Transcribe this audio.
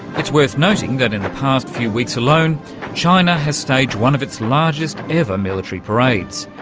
it's worth noting that in the past few weeks alone china has staged one of its largest ever military parades,